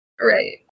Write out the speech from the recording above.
Right